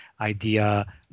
idea